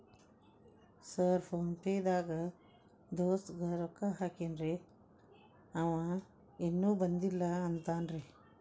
Sir PhonePe ದಾಗ ದೋಸ್ತ್ ಗೆ ರೊಕ್ಕಾ ಹಾಕೇನ್ರಿ ಅಂವ ಇನ್ನು ಬಂದಿಲ್ಲಾ ಅಂತಾನ್ರೇ?